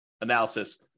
analysis